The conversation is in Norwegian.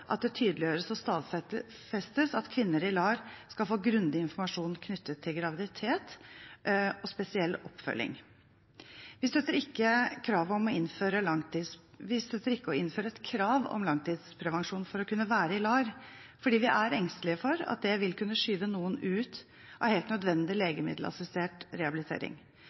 at det tydeliggjøres og stadfestes at kvinner i LAR skal få grundig informasjon knyttet til graviditet og spesiell oppfølging. Vi støtter ikke å innføre et krav om langtidsprevensjon for å kunne være i LAR, fordi vi er engstelige for at det vil kunne skyve noen ut av helt nødvendig legemiddelassistert rehabilitering.